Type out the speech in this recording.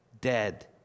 dead